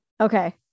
Okay